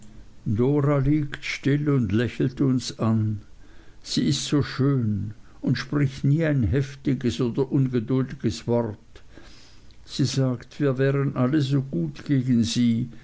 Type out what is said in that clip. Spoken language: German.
dora liegt still und lächelt uns an sie ist so schön und spricht nie ein heftiges oder ungeduldiges wort sie sagt wir wären alle so gut gegen sie